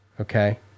Okay